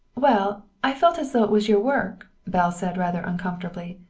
well, i felt as though it was your work, belle said rather uncomfortably.